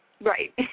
Right